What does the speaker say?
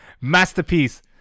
masterpiece